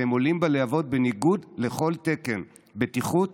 והם עולים בלהבות בניגוד לכל תקן בטיחות